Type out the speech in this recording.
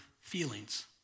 feelings